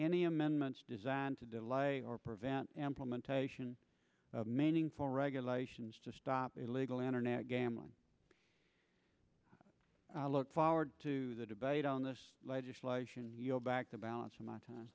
any amendments designed to delay or prevent implementation of manning for regulations to stop illegal internet gambling i look forward to the debate on this legislation back the balance of my time